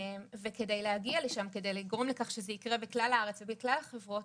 וכדי להגיע לשם וכדי לגרום לזה שזה יקרה בכלל הארץ ובכלל החברות,